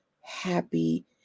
happy